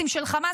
החטופים